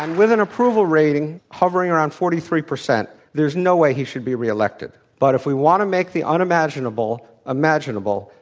and with an approval rating hovering around forty three percent, there's no way he should be re-elected. but if we want to make the unimaginable imaginable,